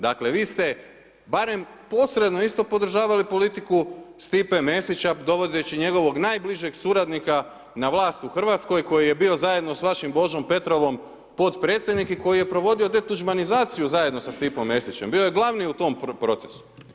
Dakle, vi ste, barem posredno isto podržavali politiku Stipe Mesića dovodeći njegovog najbližeg suradnika na vlast u Hrvatskoj, koji je bio zajedno s vašim Božom Petrovom potpredsjednik i koji je provodio detuđmanizaciju zajedno sa Stipom Mesićem, bio je glavni u tom procesu.